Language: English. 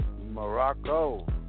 Morocco